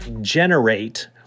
generate